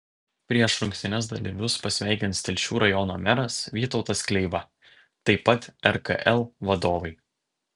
prieš rungtynes dalyvius pasveikins telšių rajono meras vytautas kleiva taip pat rkl vadovai